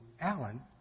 Alan